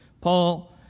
Paul